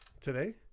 Today